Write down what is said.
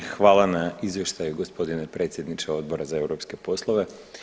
Hvala na izvještaju gospodine predsjedniče Odbora za europske poslove.